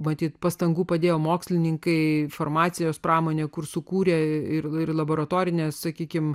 matyt pastangų padėjo mokslininkai farmacijos pramonė kur sukūrę ir laboratorinę sakykime